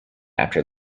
after